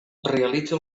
realitza